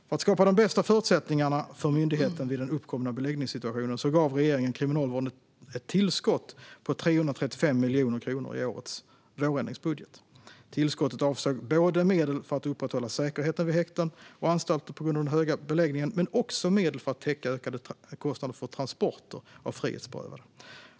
För att skapa de bästa förutsättningarna för myndigheten vid den uppkomna beläggningssituationen gav regeringen Kriminalvården ett tillskott på 335 miljoner kronor i årets vårändringsbudget. Tillskottet avsåg både medel för att upprätthålla säkerheten vid häkten och anstalter på grund av den höga beläggningen och medel för att täcka ökade kostnader för transporter av frihetsberövade.